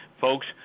folks